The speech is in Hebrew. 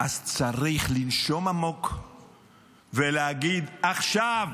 אז צריך לנשום עמוק ולהגיד: עכשיו,